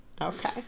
Okay